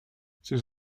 ses